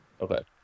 Okay